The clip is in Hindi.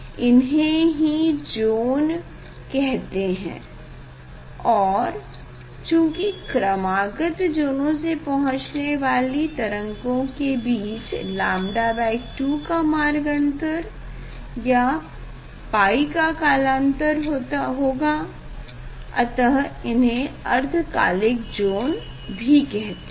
इन्हें ही ज़ोन कहते हैं और चूंकि क्रमागत ज़ोनो से पहुचने वाली तरंगों के बीच λ2 का मार्गन्तर या π का कलांतर होगा अतः इन्हें अर्धकालिक ज़ोन भी कहते हैं